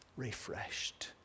refreshed